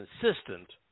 consistent